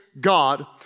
God